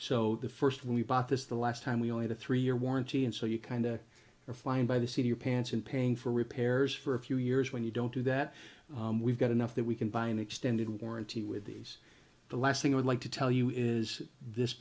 so the first when we bought this the last time we only had three year warranty and so you kind of find by the seat your pants in paying for repairs for a few years when you don't do that we've got enough that we can buy an extended warranty with these the last thing i'd like to tell you is this